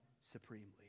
supremely